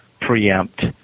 preempt